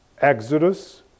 Exodus